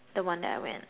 the one that I went